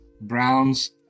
Browns